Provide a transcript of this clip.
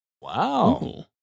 Wow